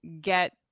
get